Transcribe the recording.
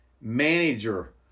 manager